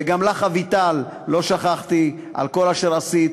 וגם לך, אביטל, לא שכחתי, על כל אשר עשית,